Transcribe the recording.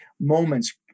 moments